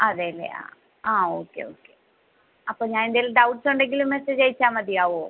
അതെയല്ലേ ആ okay okay അപ്പോൾ ഞാൻ എന്തേലും ഡൗട്ട്സ് ഉണ്ടെങ്കിൽ മെസ്സേജ് അയച്ചാൽ മതിയാവുമോ